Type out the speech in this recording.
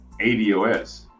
ADOS